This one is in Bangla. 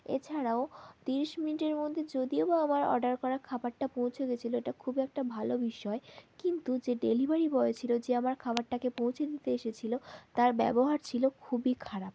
এছাড়াও তিরিশ মিনিটের মধ্যে যদিও বা আমার অর্ডার করা খাবারটা পৌঁছে গিয়েছিল এটা খুবই একটা ভালো বিষয় কিন্তু যে ডেলিভারি বয় ছিল যে আমার খাবারটাকে পৌঁছে দিতে এসেছিল তার ব্যবহার ছিল খুবই খারাপ